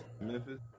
Memphis